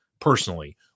personally